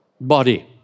body